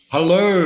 Hello